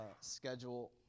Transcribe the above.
schedule